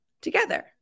together